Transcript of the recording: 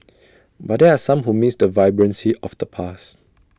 but there are some who miss the vibrancy of the past